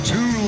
Two